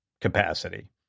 capacity